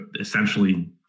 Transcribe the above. essentially